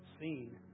seen